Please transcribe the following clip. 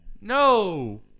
No